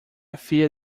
fear